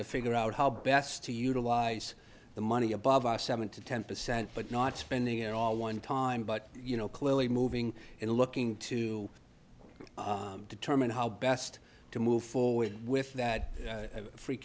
to figure out how best to utilize the money above our seven to ten percent but not spending at all one time but you know clearly moving and looking to determine how best to move forward with that free